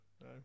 No